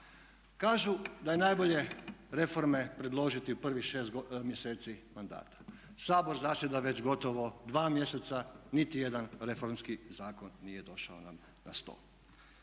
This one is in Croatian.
Kažu da je najbolje reforme predložiti u prvih šest mjeseci mandata. Sabor zasjeda već gotovo 2 mjeseca, niti jedan reformski zakon nije došao na stol.